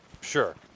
Sure